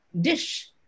dish